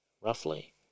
roughly